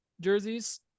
jerseys